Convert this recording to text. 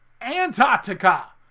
antarctica